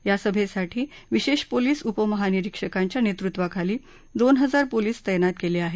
या सभेसाठी विशेष पोलीस उपमहानिरीक्षकांच्या नेतृत्वाखाली दोन हजार पोलीस तत्तित केले आहेत